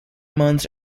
months